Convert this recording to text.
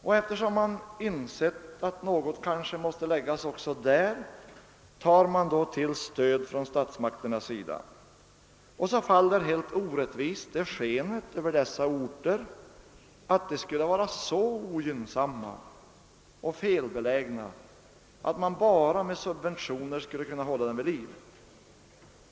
Och eftersom man insett att något kanske måste läggas också där, tar man då till stöd från statsmakternas sida. Och så faller helt orättvist det skenet över dessa orter att de skulle vara så ogynnsamma och felbelägna att man bara med subventioner skulle kunna hålla dem vid liv!